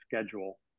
schedule